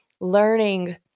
learning